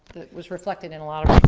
was reflected in a lot of